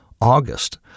August